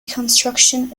reconstruction